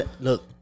Look